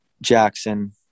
jackson